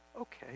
okay